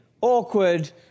awkward